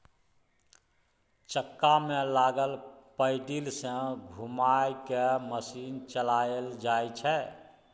चक्का में लागल पैडिल सँ घुमा कय मशीन चलाएल जाइ छै